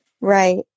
Right